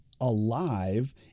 alive